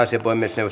asia